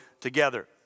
together